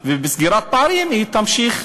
ובסגירת פערים היא תמשיך,